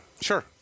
Sure